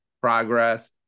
progress